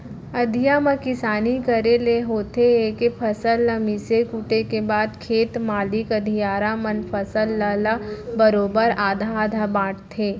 अधिया म किसानी करे ले होथे ए के फसल ल मिसे कूटे के बाद खेत मालिक अधियारा मन फसल ल ल बरोबर आधा आधा बांटथें